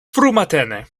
frumatene